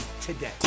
today